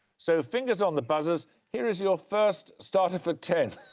so fingers on the buzzers, here is your first starter for ten.